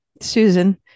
Susan